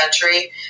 country